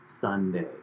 Sunday